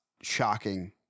shocking